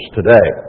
today